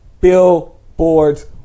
billboards